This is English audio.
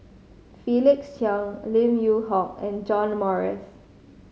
Felix Cheong Lim Yew Hock and John Morrice